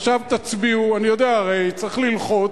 עכשיו תצביעו, אני יודע, הרי, צריך ללחוץ,